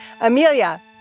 amelia